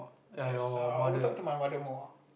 yes I'll talk to my mother more